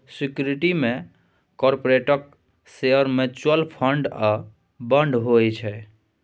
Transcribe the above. security मे कारपोरेटक share, mutual fund आ बांड होइ छै